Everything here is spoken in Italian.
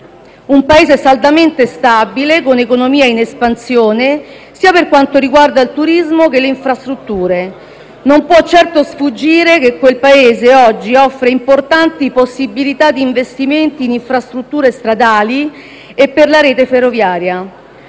un Paese saldamente stabile, con un'economia in espansione, sia per quanto riguarda il turismo che le infrastrutture. Non può certo sfuggire che quel Paese oggi offre importanti possibilità di investimenti in infrastrutture stradali e per la rete ferroviaria.